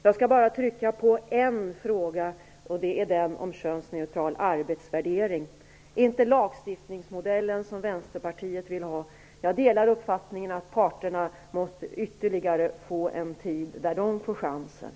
Jag skall bara framhålla en fråga - den om könsneutral arbetsvärdering. Jag vill inte som Vänsterpartiet ha lagstiftningsmodellen, utan jag delar uppfattningen att parterna måste få ytterligare en tid där de får chansen.